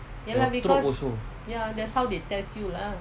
will drop also